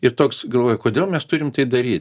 ir toks galvoji kodėl mes turim tai daryt